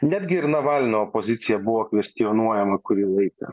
netgi ir navalno opozicija buvo kvestionuojama kurį laiką